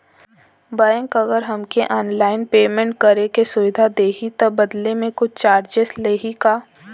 Bank अगर हमके online payment करे के सुविधा देही त बदले में कुछ चार्जेस लेही का?